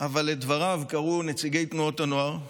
אבל את דבריו קראו נציגי תנועות הנוער.